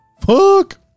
Fuck